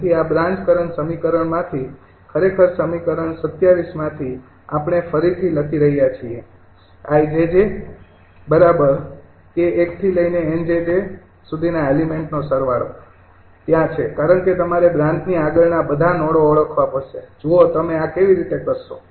તેથી આ branch current સમીકરણમાથી ખરેખર સમીકરણ ૨૭ માથી આપણે ફરીથી લખી રહ્યા છીએ ત્યાં છે કારણ કે તમારે બ્રાંચની આગળના બધા નોડો ઓળખવા પડશે જુઓ તમે આ કેવી રીતે કરશો